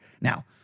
Now